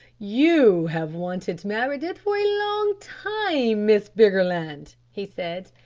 you have wanted meredith for a long time, miss briggerland, he said,